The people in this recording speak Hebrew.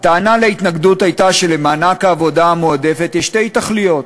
הטענה להתנגדות הייתה שלמענק העבודה המועדפת יש שתי תכליות: